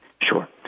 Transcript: Sure